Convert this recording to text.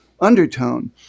undertone